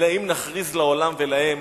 אלא אם נכריז לעולם ולהם